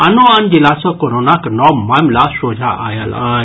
आनो आन जिला सँ कोरोनाक नव मामिला सोझा आयल अछि